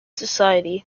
society